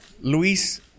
Luis